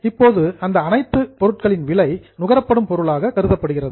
இப்போது இந்த அனைத்து பொருட்களின் விலை நுகரப்படும் பொருளாக கருதப்படுகிறது